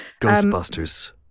Ghostbusters